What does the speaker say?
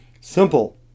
Simple